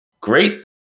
great